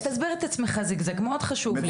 אז זיגזג, תסביר את עצמך, מאוד חשוב לי.